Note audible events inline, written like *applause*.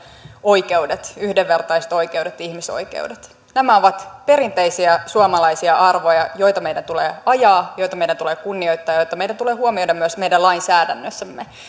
oikeudet yhdenvertaiset oikeudet ihmisoikeudet nämä ovat perinteisiä suomalaisia arvoja joita meidän tulee ajaa joita meidän tulee kunnioittaa joita meidän tulee huomioida myös meidän lainsäädännössämme *unintelligible*